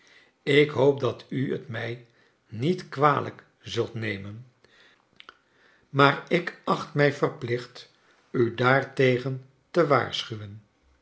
ik hoop dat u t mij niet kwalijk zult nemen maar ik acht mij verplicht u daartegen te waarschuwen